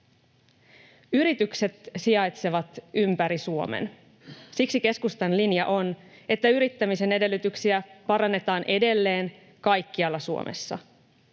Yritykset sijaitsevat ympäri Suomen. Siksi keskustan linja on, että yrittämisen edellytyksiä parannetaan edelleen kaikkialla Suomessa.